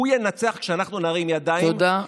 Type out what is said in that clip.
הוא ינצח כשאנחנו נרים ידיים, תודה.